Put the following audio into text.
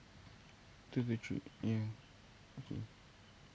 to the trip ya okay